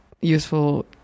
useful